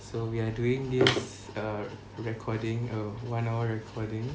so we are doing this err recording err one hour recording